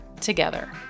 together